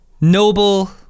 Noble